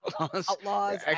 outlaws